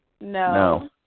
No